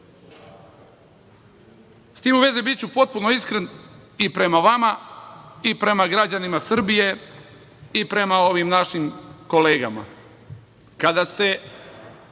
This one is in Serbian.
tim u vezi, biću potpuno iskren i prema vama i prema građanima Srbije i prema ovim našim kolegama. Kada ste